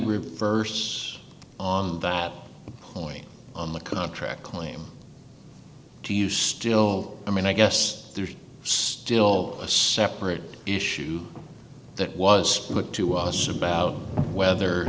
reverse on that point on the contract claim do you still i mean i guess there's still a separate issue that was looked to us about whether